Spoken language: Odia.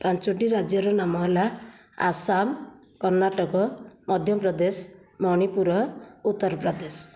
ପାଞ୍ଚଟି ରାଜ୍ୟର ନାମ ହେଲା ଆସାମ କର୍ଣ୍ଣାଟକ ମଧ୍ୟପ୍ରଦେଶ ମଣିପୁର ଉତ୍ତରପ୍ରଦେଶ